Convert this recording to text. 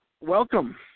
welcome